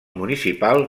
municipal